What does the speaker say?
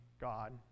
God